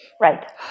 Right